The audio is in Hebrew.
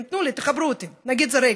תנו לי, תחברו אותי, נגיד זה רייגן.